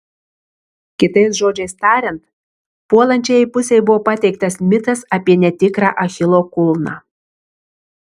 kitais žodžiais tariant puolančiajai pusei buvo pateiktas mitas apie netikrą achilo kulną